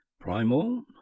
primal